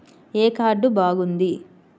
ఏ card బాగుంది?